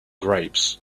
grapes